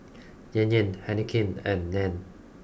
Yan Yan Heinekein and Nan